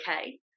okay